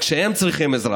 וכשהם צריכים עזרה,